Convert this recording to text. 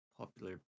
popular